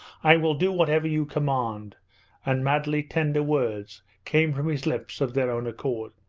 i will do whatever you command and madly tender words came from his lips of their own accord.